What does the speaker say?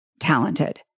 talented